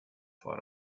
foar